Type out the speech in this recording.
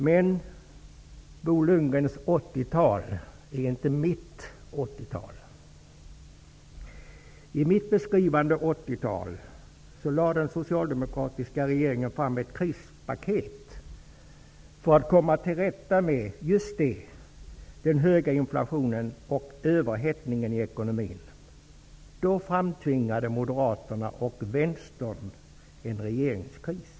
Men Bo Lundgrens 80-tal är inte mitt 80 I mitt 80-tal lade den socialdemokratiska regeringen fram ett krispaket för att komma till rätta med just den höga inflationen och överhettningen i ekonomin. Då framtvingade moderaterna och vänstern en regeringskris.